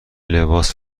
لباس